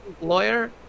Lawyer